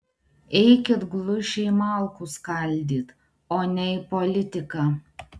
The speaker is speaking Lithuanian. eikit glušiai malkų skaldyt o ne į politiką